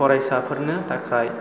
फरायसाफोरनि थाखाय